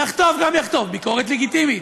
יחטוף גם יחטוף, ביקורת לגיטימית.